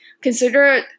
Consider